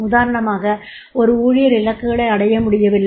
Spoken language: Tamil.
உதாரணமாக ஒரு ஊழியர் இலக்குகளை அடைய முடியவில்லை